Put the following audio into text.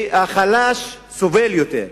והחלש סובל יותר.